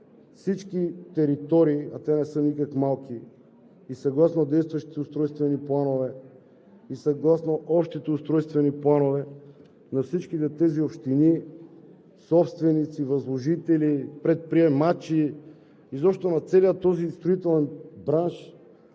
всички територии, а те не са никак малко, съгласно действащите устройствени планове и общите устройствени планове на всичките тези общини, собственици, възложители, предприемачи – изобщо на целия този строителен бранш,